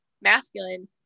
masculine